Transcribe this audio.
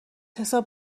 حساب